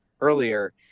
earlier